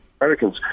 Americans